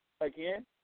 again